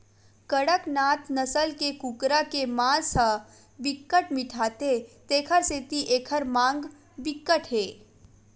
कड़कनाथ नसल के कुकरा के मांस ह बिकट मिठाथे तेखर सेती एखर मांग बिकट हे